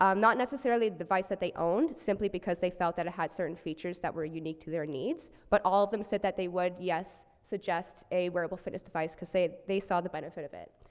um not necessarily the device that they owned, simply because they felt that it had certain features that were unique to their needs, but all of them said that they would, yes, suggest a wearable fitness device, cause say they saw the benefit of it.